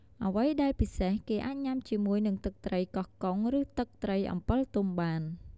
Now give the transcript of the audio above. អ្វីដែលពិសេសគេអាចញ៉ាំជាមួយនឹងទឹកត្រីកោះកុងឬទឹកត្រីអំពិលទុំបាន។